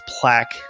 plaque